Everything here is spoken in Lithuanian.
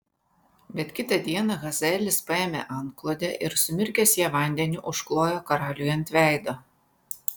bet kitą dieną hazaelis paėmė antklodę ir sumirkęs ją vandeniu užklojo karaliui ant veido